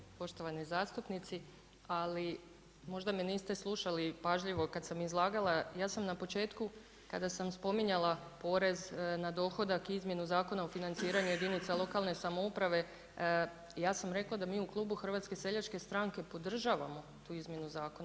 Zahvaljujem poštovani zastupnici, ali možda me niste slušali pažljivo kad sam izlagala, ja sam na početku, kada sam spominjala porez na dohodak i izmjenu Zakona o financiranju jedinica lokalne samouprave, ja sam rekla da mi u Klubu HSS podržavamo tu izmjenu zakona.